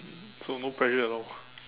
so no pressure at all